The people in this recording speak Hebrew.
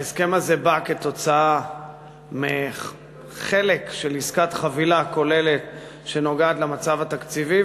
ההסכם הזה הוא תוצאה מחלק של עסקת חבילה כוללת שנוגעת למצב התקציבי.